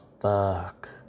fuck